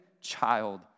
child